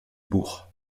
bourg